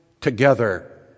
together